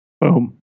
Boom